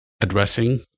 addressing